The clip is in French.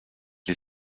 les